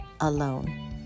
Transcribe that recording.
alone